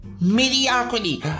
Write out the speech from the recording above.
mediocrity